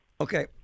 Okay